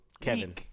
Kevin